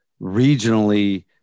regionally